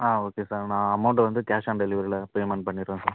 ஆ okay sir நான் amount வந்து cash on டெலிவரியில பேமண்ட் பண்ணிவிடுறேன் சார்